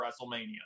WrestleMania